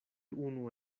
unu